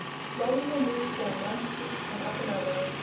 slowly they moved down one street and up another,